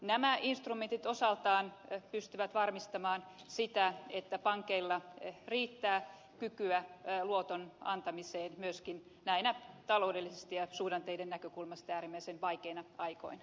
nämä instrumentit osaltaan pystyvät varmistamaan sitä että pankeilla riittää kykyä luoton antamiseen myöskin näinä taloudellisesti ja suhdanteiden näkökulmasta äärimmäisen vaikeina aikoina